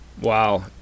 Wow